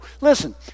listen